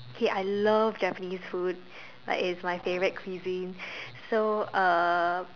okay I love Japanese food like it's my favorite cuisine so uh